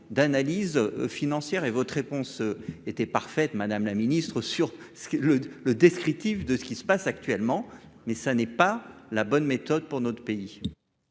d'analyse financière et votre réponse était parfaite, Madame la Ministre, sur ce que le le descriptif de ce qui se passe actuellement, mais ça n'est pas la bonne méthode pour notre pays.